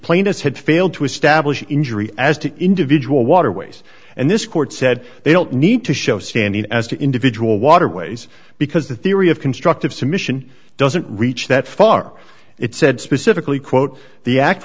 had failed to establish injury as to individual waterways and this court said they don't need to show standard as to individual waterways because the theory of constructive submission doesn't reach that far it said specifically quote the act